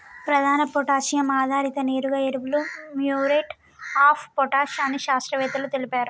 ప్రధాన పొటాషియం ఆధారిత నేరుగా ఎరువులు మ్యూరేట్ ఆఫ్ పొటాష్ అని శాస్త్రవేత్తలు తెలిపారు